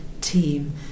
team